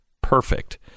Perfect